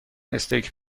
استیک